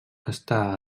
està